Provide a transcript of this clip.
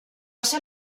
ser